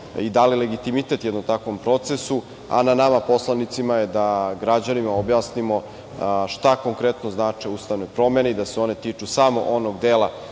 i dali legitimitet jednom takvom procesu, a na nama poslanicima je da građanima objasnimo šta konkretno znače ustavne promene i da se one tiču samo onog dela